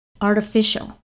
artificial